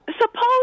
suppose